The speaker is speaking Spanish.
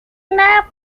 lava